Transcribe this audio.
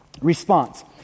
Response